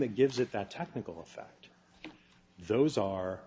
that gives it that technical effect those are